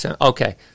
Okay